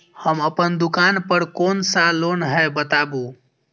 हम अपन दुकान पर कोन सा लोन हैं बताबू?